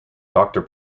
doctor